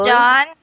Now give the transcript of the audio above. John